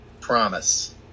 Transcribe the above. promise